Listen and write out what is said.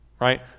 right